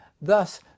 Thus